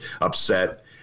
upset